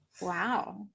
Wow